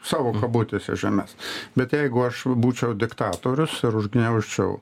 savo kabutėse žemes bet jeigu aš būčiau diktatorius ir užgniaužčiau